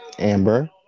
Amber